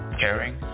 caring